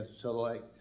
select